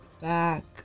back